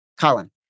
Colin